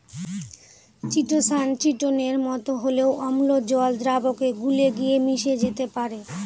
chitosan চিটোনের মতো হলেও অম্ল জল দ্রাবকে গুলে গিয়ে মিশে যেতে পারে